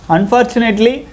Unfortunately